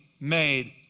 made